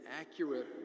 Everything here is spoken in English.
accurate